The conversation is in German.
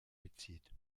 bezieht